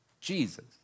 Jesus